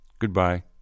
Goodbye